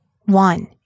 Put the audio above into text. one